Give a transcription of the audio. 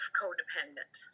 codependent